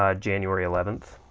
ah january eleventh.